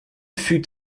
fut